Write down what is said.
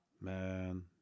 man